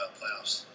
playoffs